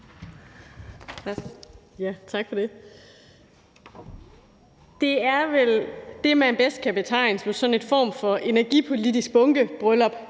Tak for det. Det er vel det, man bedst kan betegne som sådan en form for energipolitisk bunkebryllup,